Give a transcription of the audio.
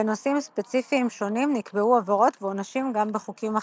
בנושאים ספציפיים שונים נקבעו עבירות ועונשים גם בחוקים אחרים.